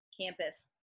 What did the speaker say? campus